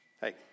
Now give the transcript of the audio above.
hey